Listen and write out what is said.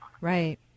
Right